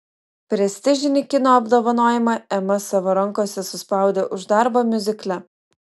prestižinį kino apdovanojimą ema savo rankose suspaudė už darbą miuzikle